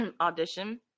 audition